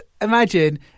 imagine